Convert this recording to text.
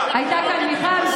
הייתה כאן מיכל.